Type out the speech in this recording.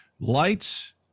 Lights